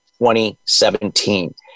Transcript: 2017